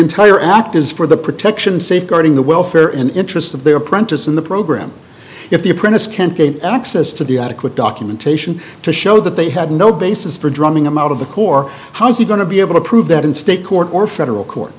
entire act is for the protection safeguarding the welfare in interest of the apprentice in the program if the apprentice can't gain access to the adequate documentation to show that they had no basis for drumming i'm out of the core how's he going to be able to prove that in state court or federal court